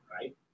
right